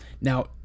now